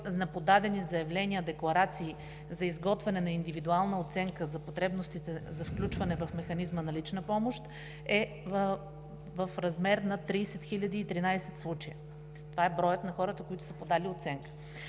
на подадени заявления, декларации за изготвяне на индивидуална оценка за потребностите за включване в Механизма за лична помощ е в размер на 30 013 случая. Това е броят на хората, които са подали за оценка.